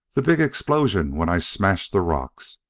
the big explosion when i smashed the rocks.